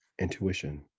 intuition